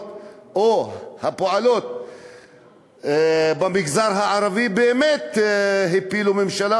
או הפועלות במגזר הערבי באמת הפילו ממשלה,